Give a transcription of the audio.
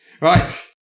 Right